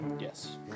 Yes